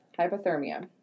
Hypothermia